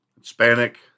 Hispanic